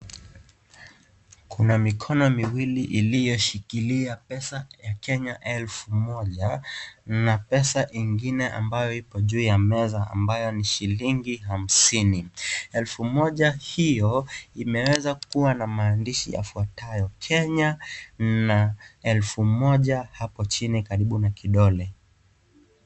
Kuna mikono miwili iliyoshikilia pesa ya Kenya za elfu moja na pesa ingine ambayo iko juu ya meza, ambayo ni shilingi hamsini. Elfu moja hiyo imeweza kuwa na maandishi yafuatayo " Kenya na Elfu moja" hapo chini karibu na kidole.